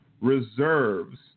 reserves